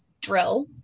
drill